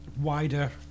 wider